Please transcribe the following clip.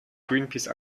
greenpeace